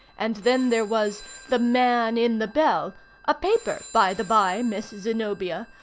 and then there was the man in the bell a paper by-the-by, miss zenobia,